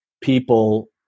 people